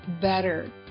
better